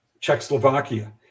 Czechoslovakia